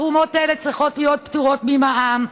התרומות האלה צריכות להיות פטורות ממע"מ,